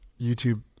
YouTube